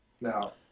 Now